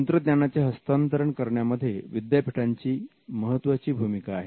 तंत्रज्ञानाचे हस्तांतरण करण्यामध्ये विद्यापीठांची महत्त्वाची भूमिका आहे